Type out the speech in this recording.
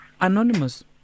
Anonymous